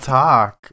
talk